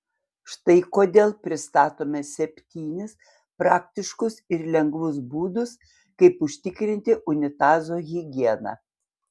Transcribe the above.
štai kodėl pristatome septynis praktiškus ir lengvus būdus kaip užtikrinti unitazo higieną